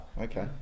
Okay